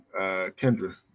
Kendra